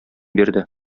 бирде